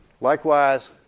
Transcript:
Likewise